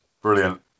Brilliant